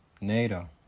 NATO